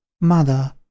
Mother